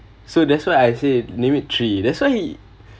so that's why I say limit three that's why